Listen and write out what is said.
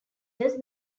does